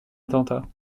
attentat